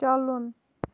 چلُن